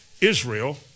Israel